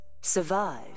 Survive